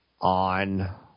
on